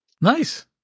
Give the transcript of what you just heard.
nice